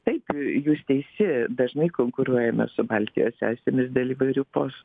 taip jūs teisi dažnai konkuruojame su baltijos sesėmis dėl įvairių postų